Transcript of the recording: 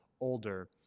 older